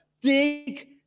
Dig